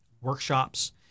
workshops